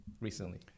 recently